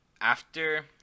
after-